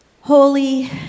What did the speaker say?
Holy